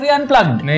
Unplugged